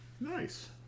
Nice